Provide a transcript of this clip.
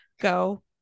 go